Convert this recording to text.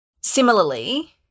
Similarly